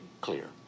clear